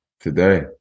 Today